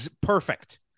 Perfect